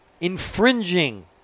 infringing